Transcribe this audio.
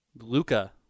Luca